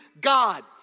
God